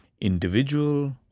individual